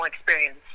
experience